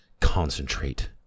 concentrate